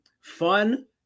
Fun